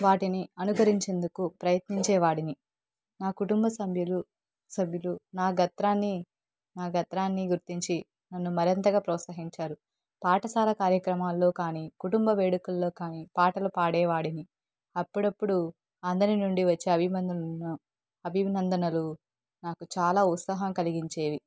వాటిని అనుకరించేందుకు ప్రయత్నించేవాడిని నా కుటుంబ సభ్యులు సభ్యులు నా గాత్రాన్ని నా గాత్రాన్ని గుర్తించి నన్ను మరింతగా ప్రోత్సహించారు పాఠశాల కార్యక్రమాల్లో కానీ కుటుంబ వేడుకల్లో కానీ పాటలు పాడేవాడిని అప్పుడప్పుడు అందరి నుండి వచ్చే అభిమందును అభినందనలు నాకు చాలా ఉత్సాహం కలిగించేవి